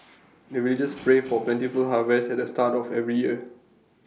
the villagers pray for plentiful harvest at the start of every year